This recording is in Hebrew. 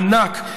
הענק,